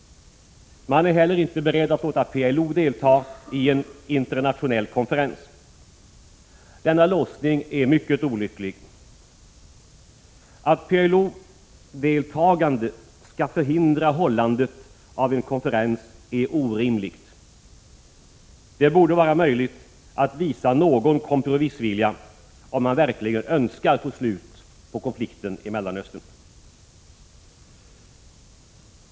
Man är heller inte beredd att låta PLO delta i en internationell konferens. Denna låsning är mycket olycklig. Att PLO:s deltagande skall förhindra hållandet av en konferens är orimligt. Det borde vara möjligt att visa någon kompromissvilja, om man verkligen önskar få slut på konflikten i Mellanöstern.